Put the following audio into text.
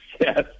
yes